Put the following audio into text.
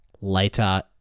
later